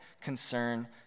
concern